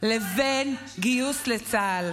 לבין גיוס לצה"ל?